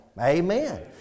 Amen